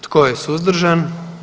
Tko je suzdržan?